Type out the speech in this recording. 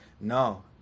no